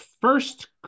first